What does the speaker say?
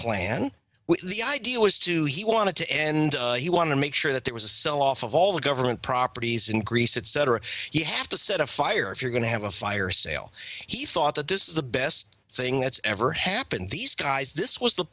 plan with the idea was to he wanted to end he wanted to make sure that there was a sell off of all the government properties in greece etc you have to set a fire if you're going to have a fire sale he thought that this is the best thing that's ever happened these this was the